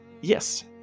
yes